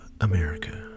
America